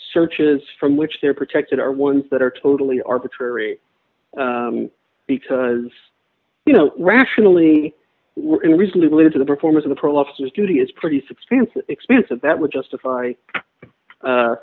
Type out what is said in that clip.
searches from which they're protected are ones that are totally arbitrary because you know rationally and recently lead to the performance of the pro life judy is pretty suspense expensive that would justify